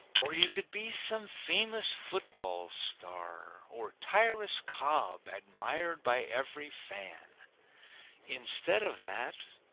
or you could be some famous football star, or tyrus cobb, admired by ev'ry fan instead of that,